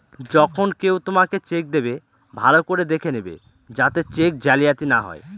যখন কেউ তোমাকে চেক দেবে, ভালো করে দেখে নেবে যাতে চেক জালিয়াতি না হয়